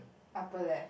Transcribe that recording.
upper left